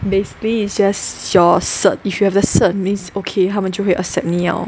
basically it's just your cert if you have the cert means okay 他们就会 accept me lor